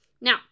Now